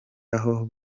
aho